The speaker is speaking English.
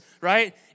right